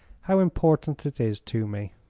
how important it is to me.